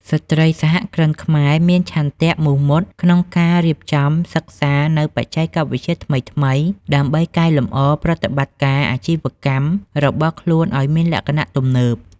ស្ត្រីសហគ្រិនខ្មែរមានឆន្ទៈមោះមុតក្នុងការរៀបចំសិក្សានូវបច្ចេកវិទ្យាថ្មីៗ ដើម្បីកែលម្អប្រតិបត្តិការអាជីវកម្មរបស់ខ្លួនឱ្យមានលក្ខណៈទំនើប។